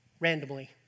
Randomly